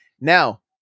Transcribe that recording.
Now